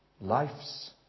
Life's